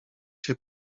się